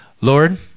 Lord